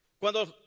Cuando